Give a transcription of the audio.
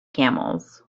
camels